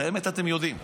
את האמת אתם יודעים.